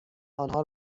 آنها